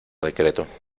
decreto